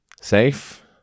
Safe